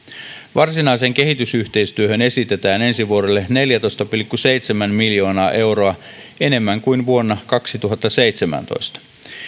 varsinaiseen kehitysyhteistyöhön esitetään ensi vuodelle neljätoista pilkku seitsemän miljoonaa euroa enemmän kuin vuonna kaksituhattaseitsemäntoista